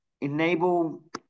enable